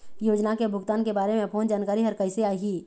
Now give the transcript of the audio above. योजना के भुगतान के बारे मे फोन जानकारी हर कइसे आही?